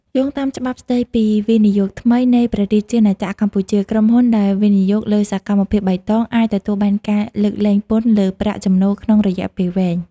យោងតាមច្បាប់ស្ដីពីវិនិយោគថ្មីនៃព្រះរាជាណាចក្រកម្ពុជា ក្រុមហ៊ុនដែលវិនិយោគលើសកម្មភាពបៃតងអាចទទួលបានការលើកលែងពន្ធលើប្រាក់ចំណូលក្នុងរយៈពេលវែង។